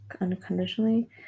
unconditionally